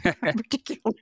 particularly